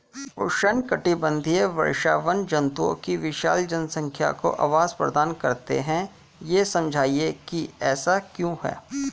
उष्णकटिबंधीय वर्षावन जंतुओं की विशाल जनसंख्या को आवास प्रदान करते हैं यह समझाइए कि ऐसा क्यों है?